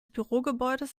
bürogebäudes